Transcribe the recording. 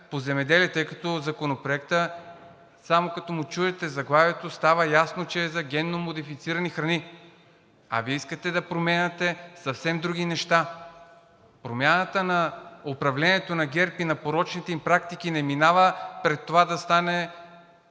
по земеделие, тъй като Законопроектът, само като му чуете заглавието, става ясно, че е за генномодифицирани храни, а Вие искате да променяте съвсем други неща? Промяната на управлението на ГЕРБ и на порочните им практики не минава през това да стане